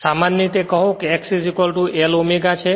સામાન્ય રીતે કહો કે x L ω છે